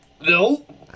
No